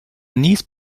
niece